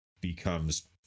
becomes